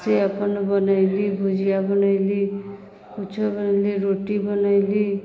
से अपन बनयली भुजिया बनैली किछु बनयली रोटी बनयली